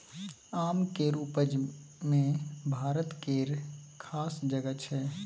आम केर उपज मे भारत केर खास जगह छै